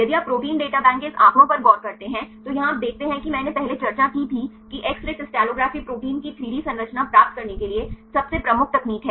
यदि आप protein data bank के इस आंकड़ों पर गौर करते हैं तो यहां आप देखते हैं कि मैंने पहले चर्चा की थी कि एक्स रे क्रिस्टलोग्राफी प्रोटीन की 3 डी संरचना प्राप्त करने के लिए सबसे प्रमुख तकनीक है